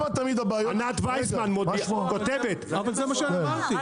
זה מה שאמרתי.